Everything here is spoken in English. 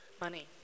money